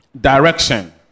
direction